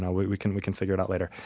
ah we we can we can figure it out later.